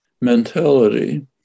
mentality